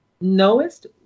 knowest